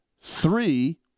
three